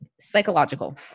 psychological